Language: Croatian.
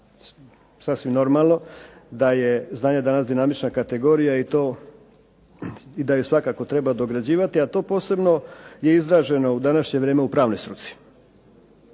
sasvim normalno, da je znanje danas dinamična kategorija i da je svakako treba dograđivati, a to posebno je izraženo u današnje vrijeme u pravnoj struci.